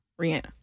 Rihanna